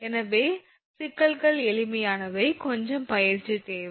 எனவே சிக்கல்கள் எளிமையானவை கொஞ்சம் பயிற்சி தேவை